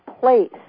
place